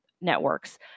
networks